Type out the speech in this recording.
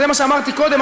זה מה שאמרתי קודם,